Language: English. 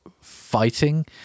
fighting